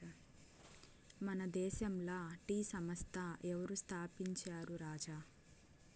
మన దేశంల టీ సంస్థ ఎవరు స్థాపించారు రాజా